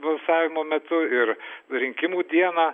balsavimo metu ir rinkimų dieną